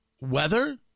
Weather